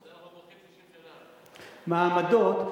מעמדות,